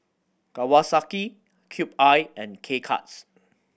Kawasaki Cube I and K Cuts